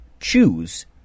choose